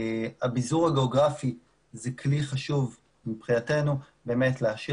הביזור הגיאוגרפי הוא כלי חשוב מבחינתנו להשאיר